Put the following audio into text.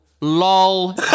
lol